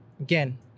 again